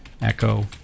Echo